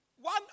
One